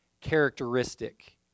characteristic